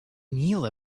neal